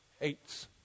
hates